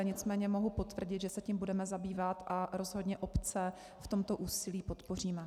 Nicméně mohu potvrdit, že se tím budeme zabývat a rozhodně obce v tomto úsilí podpoříme.